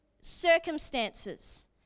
Circumstances